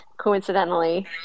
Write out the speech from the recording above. coincidentally